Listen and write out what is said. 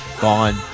gone